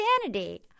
sanity